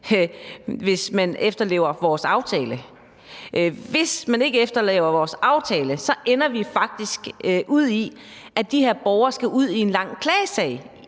hvis man efterlever vores aftale. Hvis man ikke efterlever vores aftale, ender vi faktisk ud i, at de her borgere skal ud i en lang klagesag